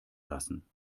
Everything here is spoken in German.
lassen